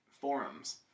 forums